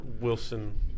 Wilson